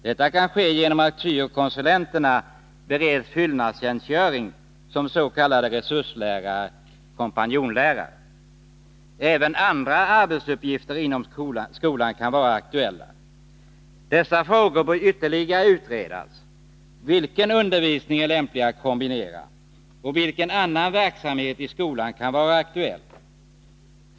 Detta kan ske genom att syo-konsulenterna bereds fyllnadstjänstgöring som s.k. resurseller kompanjonlärare. Även andra arbetsuppgifter inom skolan kan vara aktuella. Dessa frågor bör ytterligare utredas. Vilken undervisning är lämplig att kombinera med, och vilken annan verksamhet i skolan kan vara aktuell?